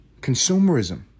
consumerism